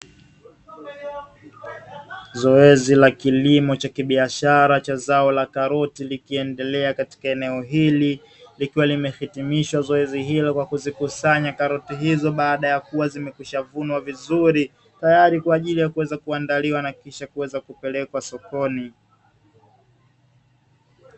Zoezi la kilimo cha kibiashara cha zao la karoti likiendelea katika eneo hili, likiwa limehitimisha zoezi hilo kwa kuzikusanya karoti hizo baada ya kuwa zimekwishavunwa vizuri, tayari kwa ajili ya kuweza kuandaliwa na kisha kuweza kupelekwa sokoni.